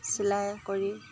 চিলাই কৰি